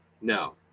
no